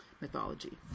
mythology